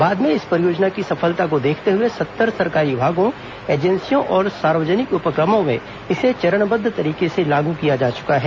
बाद में इस परियोजना की सफलता को देखते हुए सत्तर सरकारी विभागों एजेंसियों और सार्वजनिक उपक्रमों में इसे चरणबद्द तरीके से लागू किया जा चुका है